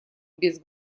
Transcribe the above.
без